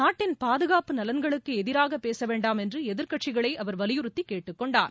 நாட்டின் பாதுகாப்பு நலன்களுக்கு எதிராக பேசவேண்டாம் என்று எதிர்க்கட்சிகளை அவர் வலியுறுத்தி கேட்டுக்கொண்டார்